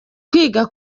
kwiga